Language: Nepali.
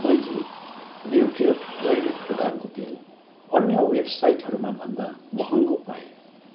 मैले न्युट्रिअर्ग जैविक बदामको तेल अन्य वेबसाइटहरूमा भन्दा महँगो पाएँ